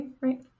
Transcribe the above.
right